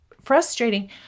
frustrating